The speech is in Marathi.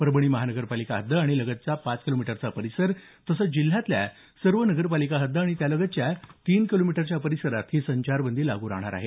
परभणी महानगरपालिका हद्द आणि लगतचा पाच किलोमीटर परिसर तसंच जिल्ह्यातल्या सर्व नगरपालिका हद्द आणि त्या लगतच्या तीन किलोमीटर परिसरात ही संचारबंदी लागू राहणार आहे